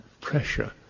pressure